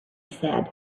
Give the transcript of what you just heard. said